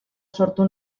sortu